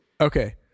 Okay